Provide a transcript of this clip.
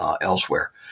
elsewhere